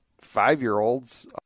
five-year-olds